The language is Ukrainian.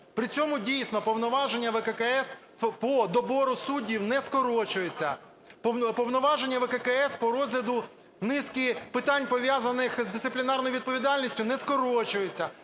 При цьому, дійсно, повноваження ВККС по добору суддів не скочуються. Повноваження ВККС по розгляду низки питань, пов'язаних з дисциплінарною відповідальністю, не скорочуються.